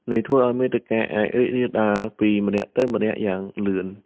នេះធ្វើឲ្យមាតិកាអាចរីករាលដាលពីម្នាក់ទៅម្នាក់យ៉ាងលឿន។